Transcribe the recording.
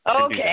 Okay